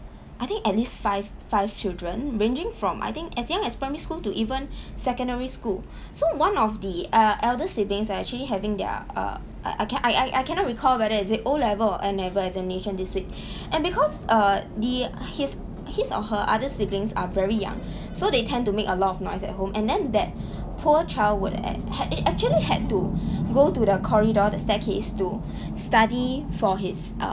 I think at least five five children ranging from I think as young as from primary school to even secondary school so one of the uh elder siblings are actually having their uh uh ca~ I I I cannot recall whether is it O level or N level examination this week and because err the his his or her other siblings are very young so they tend to make a lot of noise at home and then that poor child would a~ had actually had to go to the corridor the staircase to study for his uh